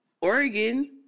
Oregon